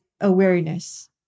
awareness